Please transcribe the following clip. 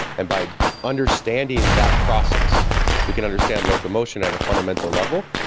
and by understanding that process we can understand locomotion at a fundamental level,